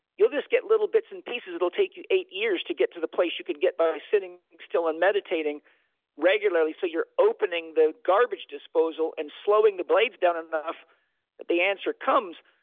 you'll just get little bits and pieces that'll take you eight years to get to the place you can get by sitting still and meditating regularly so you're opening the garbage disposal, and slowing the blades down enough that the answer comes.